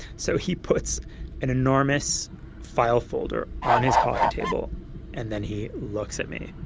so he puts an enormous file folder on his coffee table and then he looks at me.